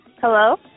Hello